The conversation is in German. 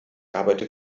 arbeite